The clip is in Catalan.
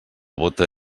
bóta